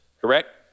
correct